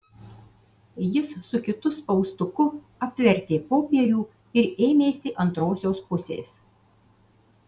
jis su kitu spaustuku apvertė popierių ir ėmėsi antrosios pusės